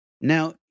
Now